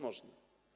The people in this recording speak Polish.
Można.